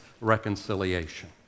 reconciliation